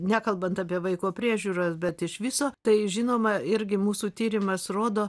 nekalbant apie vaiko priežiūros bet iš viso tai žinoma irgi mūsų tyrimas rodo